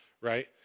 right